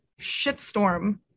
shitstorm